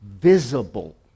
visible